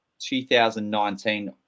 2019